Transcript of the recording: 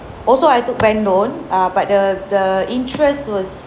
also I took bank loan err but the the interest was